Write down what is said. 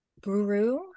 guru